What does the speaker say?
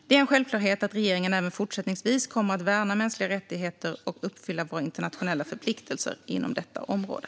Det är en självklarhet att regeringen även fortsättningsvis kommer att värna mänskliga rättigheter och uppfylla våra internationella förpliktelser inom detta område.